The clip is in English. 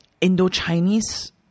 Indo-Chinese